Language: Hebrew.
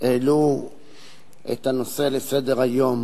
העלו לסדר-היום